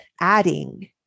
adding